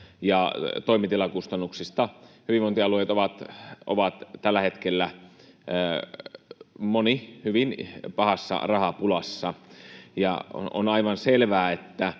ja toimitilakustannuksista. Hyvinvointialueista moni on tällä hetkellä hyvin pahassa rahapulassa. Ja on aivan selvää,